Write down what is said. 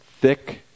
thick